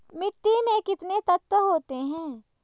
मिट्टी में कितने तत्व होते हैं?